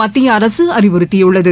மத்திய அரசு அறிவுறுத்தியுள்ளது